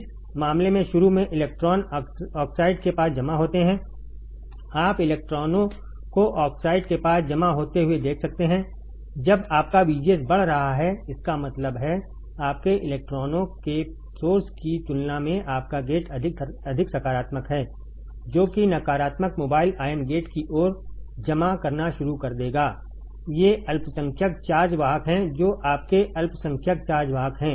इस मामले में शुरू में इलेक्ट्रॉन ऑक्साइड के पास जमा होते हैं आप इलेक्ट्रॉनों को ऑक्साइड के पास जमा होते हुए देख सकते हैं जब आपका VGS बढ़ रहा है इसका मतलब है आपके इलेक्ट्रॉनों के सोर्स की तुलना में आपका गेट अधिक सकारात्मक है जो कि नकारात्मक मोबाइल आयन गेट की ओर जमा करना शुरू कर देगा ये अल्पसंख्यक चार्ज वाहक हैं ये आपके अल्पसंख्यक चार्ज वाहक हैं